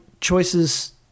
choices